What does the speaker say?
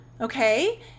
okay